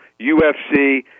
UFC